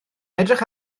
edrych